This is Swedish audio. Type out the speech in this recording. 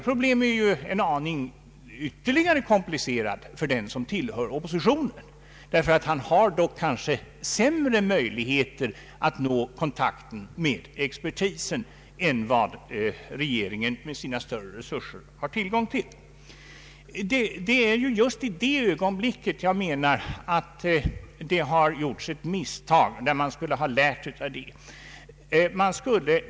Problemet är en aning mera komplicerat för den som tillhör oppositionen ty han har sämre möjligheter att få kontakt med expertisen än vad regeringen med sina större resurser har. Det är i det här åberopade ögonblicket som det har gjorts misstag.